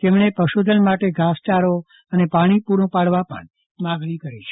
તેમણે પશુધન માટે ઘાસ ચારો અને પાણી પુરૂ પાડવા પણ માંગણી કરી છે